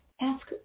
ask